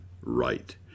right